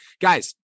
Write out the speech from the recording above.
Guys